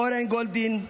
אורן גולדין,